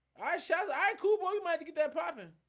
i shove i cool boy. you might to get that partner.